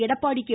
Edappadi K